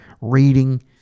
reading